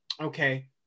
okay